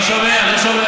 לא שומע.